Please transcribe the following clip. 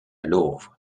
lowe